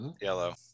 yellow